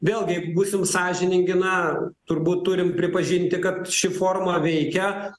vėlgi būsim sąžiningi na turbūt turim pripažinti kad ši forma veikia